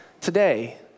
today